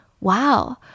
Wow